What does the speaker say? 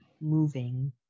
moving